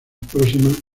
próximas